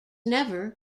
never